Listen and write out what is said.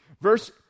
Verse